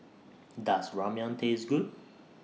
Does Ramyeon Taste Good